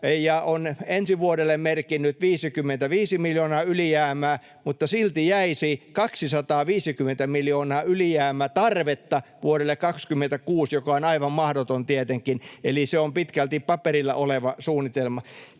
ja on ensi vuodelle merkinnyt 55 miljoonaa ylijäämää, mutta silti jäisi 250 miljoonaa ylijäämätarvetta vuodelle 26, mikä on aivan mahdotonta tietenkin, eli se on pitkälti paperilla oleva suunnitelma.